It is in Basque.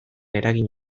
eragin